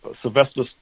sylvester